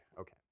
okay